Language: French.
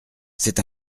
c’est